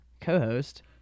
co-host